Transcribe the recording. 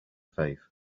faith